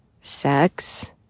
sex